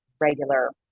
regular